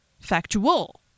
factual